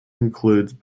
includes